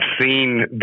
seen